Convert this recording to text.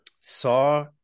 saw